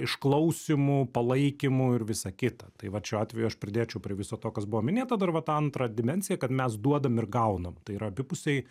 išklausymu palaikymu ir visa kita tai vat šiuo atveju aš pridėčiau prie viso to kas buvo minėta dar va tą antrą dimensiją kad mes duodam ir gaunam tai yra abipusiai